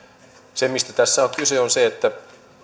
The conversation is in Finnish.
se mistä tässä on kyse on se että